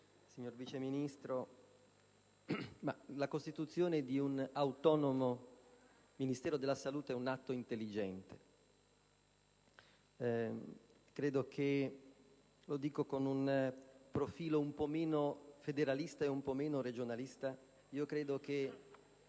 signor Vice Ministro, la costituzione di un autonomo Ministero della salute è un atto intelligente. Parlando con un profilo meno federalista e meno regionalista, io affermo che